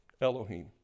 elohim